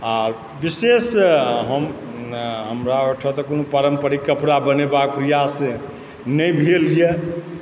आओर विशेष हम हमरा ओहिठाम तऽ कोनो पारम्परिक कपड़ा बनेबाक प्रयास नहि भेल यऽ